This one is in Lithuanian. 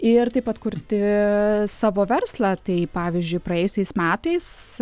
ir taip atkurti savo verslą ar tai pavyzdžiui praėjusiais metais